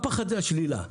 הפחד זה השלילה.